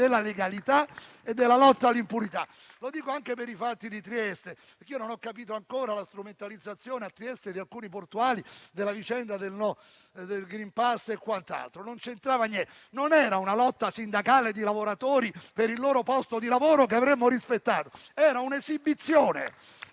della legalità e della lotta all'impunità. Lo dico anche per i fatti di Trieste. Non ho capito ancora la strumentalizzazione a Trieste, da parte di alcuni portuali, della vicenda del *green pass* e quant'altro. Non c'entrava niente; non era una lotta sindacale di lavoratori per il loro posto di lavoro, che avremmo rispettato.